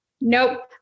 Nope